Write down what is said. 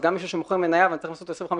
אז גם מישהו שמוכר מניה ואני נותן לו --- 25%,